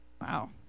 Wow